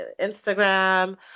Instagram